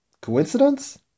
Coincidence